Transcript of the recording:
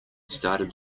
started